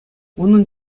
унӑн